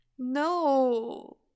No